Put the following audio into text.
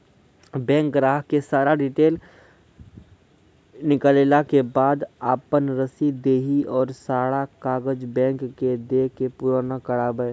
Bank ग्राहक के सारा डीटेल निकालैला के बाद आपन रसीद देहि और सारा कागज बैंक के दे के पुराना करावे?